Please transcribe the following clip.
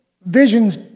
visions